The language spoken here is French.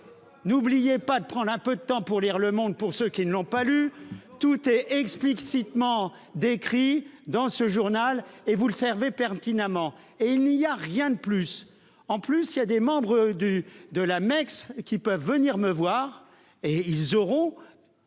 N'oubliez pas de prendre un peu de temps pour lire le monde pour ceux qui ne l'ont pas lu tout et explique cite ment décrit dans ce journal et vous le servez pertinemment et il n'y a rien de plus en plus, il y a des membres du de la makes qui peuvent venir me voir et ils auront.